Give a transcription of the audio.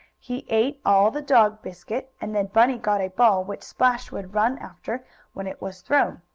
he ate all the dog-biscuit, and then bunny got a ball which splash would run after when it was thrown.